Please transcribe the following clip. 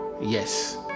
Yes